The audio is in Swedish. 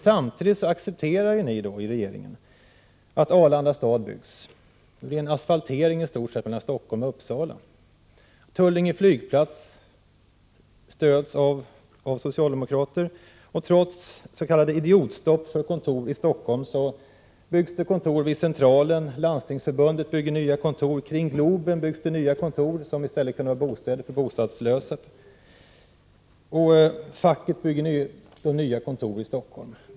Samtidigt accepterar ni i regeringen att Arlanda stad byggs. Det blir i stort sett en asfaltering mellan Stockholm och Uppsala. Tullinge flygplats stöds av socialdemokrater. Trots s.k. idiotstopp för kontor i Stockholm byggs det kontor vid Centralen. Landstingsförbundet bygger nytt kontor, kring Globen byggs det nya kontor, som i stället kunde bli bostäder för bostadslösa, och facket bygger nya kontor i Stockholm.